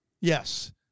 Yes